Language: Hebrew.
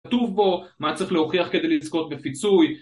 כתוב בו מה צריך להוכיח כדי לזכות בפיצוי